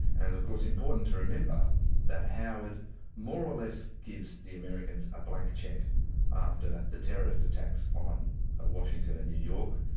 and of course important to remember that howard more or less gives the americans a blank cheque after the terrorist attacks on washington and new york,